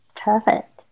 Perfect